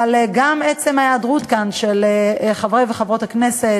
אבל גם עצם ההיעדרות כאן, של חברי וחברות הכנסת,